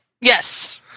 Yes